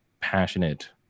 passionate